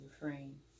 refrain